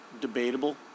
debatable